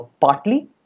partly